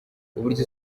uburyo